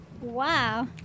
Wow